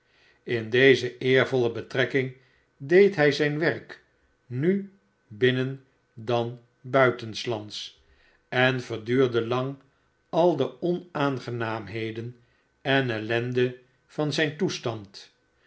in deze eervolle betrekking deed hij zijn werk nu binnen dan buitenslands en verduurde lang al de onaangenaamheden en ellende van zijn toestand